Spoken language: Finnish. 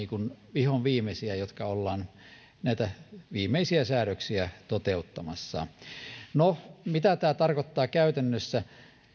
vihonviimeisiä jotka ovat näitä viimeisiä säädöksiä toteuttamassa no mitä tämä tarkoittaa käytännössä